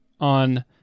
on